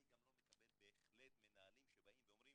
אני גם לא מקבל בהחלט מנהלים שבאים ואומרים